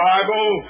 Bible